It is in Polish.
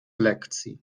lekcji